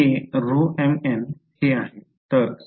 तर हे आहे